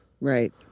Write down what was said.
Right